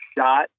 shot